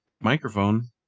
microphone